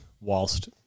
whilst